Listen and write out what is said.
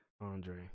Andre